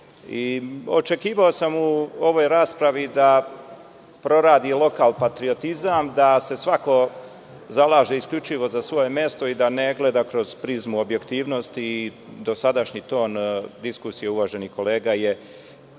Očekivao sam u ovoj raspravi da proradi lokal patriotizam, da se svako zalaže isključivo za svoje mesto i da ne gleda kroz prizmu objektivnosti i dosadašnji ton diskusije uvaženih kolega je